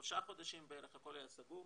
שלושה חודשים בערך הכול היה סגור,